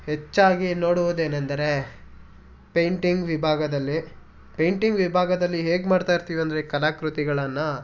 ಹೆಚ್ಚಾಗಿ ನೋಡುವುದೇನಂದರೆ ಪೇಂಟಿಂಗ್ ವಿಭಾಗದಲ್ಲಿ ಪೇಂಟಿಂಗ್ ವಿಭಾಗದಲ್ಲಿ ಹೇಗೆ ಮಾಡ್ತಾಯಿರ್ತೀವಿ ಅಂದರೆ ಕಲಾಕೃತಿಗಳನ್ನ